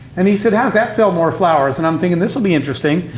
and he said, how does that sell more flowers? and i'm thinking, this will be interesting.